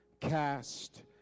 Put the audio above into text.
cast